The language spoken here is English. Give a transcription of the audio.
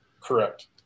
Correct